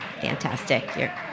Fantastic